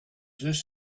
this